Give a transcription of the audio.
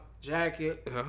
Jacket